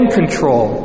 control